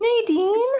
Nadine